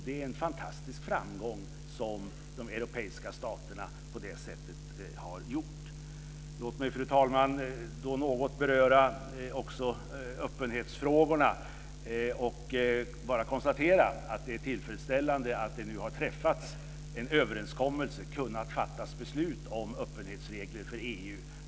Det är en fantastisk framgång som de europeiska staterna på det här sättet har nått. Fru talman! Låt mig också något beröra öppenhetsfrågorna och då konstatera att det är tillfredsställande att det nu har kunnat fattas beslut om öppenhetsregler för EU.